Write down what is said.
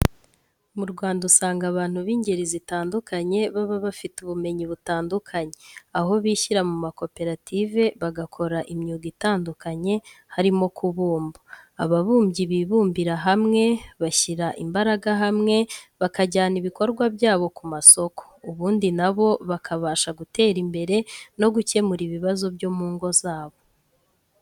Mu Rwanda usanga abantu b'ingeri zitandukanye baba bafite ubumenyi butandukanye, aho bishyira mu makoperative bagakora imyuga itandukanye harimo kubumba. Ababumyi bibumbira hamwe bashyira imbaraga hamwe bakajyana ibikorwa byabo ku masoko, ubundi na bo bakabasha gutera imbere no gukemura ibibazo byo mu ngo zabo.